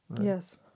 Yes